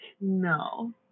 No